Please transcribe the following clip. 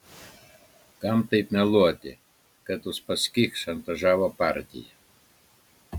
kam taip meluoti kad uspaskich šantažavo partiją